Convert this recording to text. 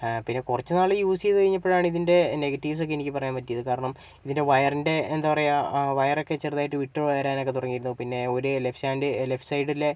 പിന്നെ കുറച്ചു നാൾ യൂസ് ചെയ്തു കഴിഞ്ഞപ്പോഴാണ് ഇതിൻ്റെ നെഗറ്റീവ്സ് ഒക്കെ എനിക്ക് പറയാൻ പറ്റിയത് കാരണം ഇതിൻ്റെ വയറിൻ്റെ എന്താപറയാ വയറൊക്കെ ചെറുതായിട്ട് വിട്ട് വരാനൊക്കെ തുടങ്ങിരുന്നു പിന്നെ ഒരു ലെഫ്റ്റ് ഹാൻഡ് ലെഫ്റ്റ് സൈഡിലെ